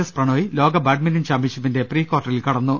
S Prannoy ലോക badminton ചാംപ്യൻഷിപ്പിന്റെ pre കാർട്ടറിൽ കടന്നു